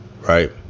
right